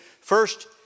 first